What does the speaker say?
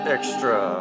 Extra